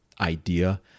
idea